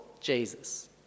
Jesus